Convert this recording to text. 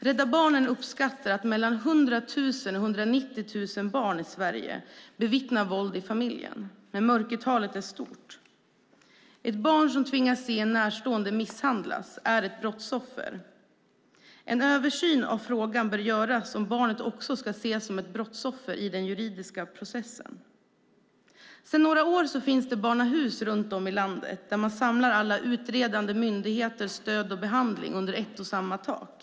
Rädda Barnen uppskattar att mellan 100 000 och 190 000 barn i Sverige bevittnar våld i familjen, men mörkertalet är stort. Ett barn som tvingats se en närstående misshandlas är ett brottsoffer. En översyn bör göras av frågan om också barnet ska ses som ett brottsoffer i den juridiska processen. Sedan några år finns det barnahus runt om i landet. Där samlar man alla utredande myndigheter och ger stöd och behandling under ett och samma tak.